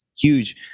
huge